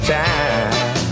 time